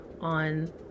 on